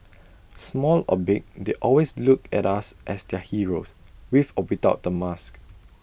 small or big they always look at us as their heroes with or without the mask